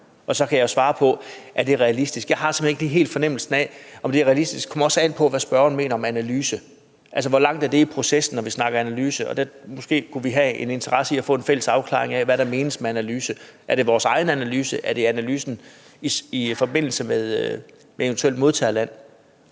og så kan jeg svare på, om det er realistisk. Jeg har simpelt hen ikke helt fornemmelsen af, om det er realistisk. Det kommer også an på, hvad spørgeren mener med analyse. Altså, hvor langt henne er det i processen, når vi snakker analyse? Måske kunne vi have en interesse i at få en fælles afklaring af, hvad der menes med analyse. Er det vores egen analyse, eller er det analysen i forbindelse med et eventuelt modtagerland?